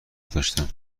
داشتم